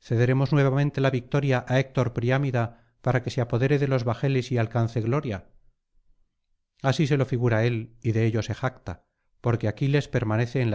cederemos nuevamente la victoria á héctor priámida para que se apodere de los bajeles y alcance gloria así se lo figura él y de ello se jacta porque aquiles permanece en